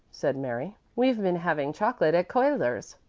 said mary, we've been having chocolate at cuyler's.